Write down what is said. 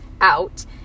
out